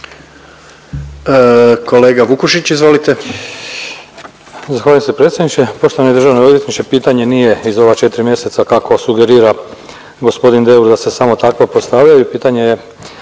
**Vukušić, Mate (SDP)** Zahvaljujem se predsjedniče. Poštovani državni odvjetniče pitanje nije iz ova 4 mjeseca kako sugerira gospodin Deur da se samo takva postavljaju. Pitanje je